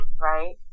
right